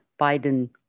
Biden